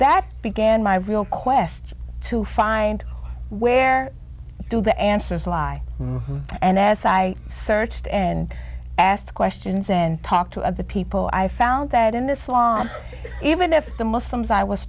that began my real quest to find where do the answers lie and as i searched and asked questions and talked to of the people i found that in this law even if the muslims i was